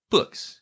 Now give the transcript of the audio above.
Books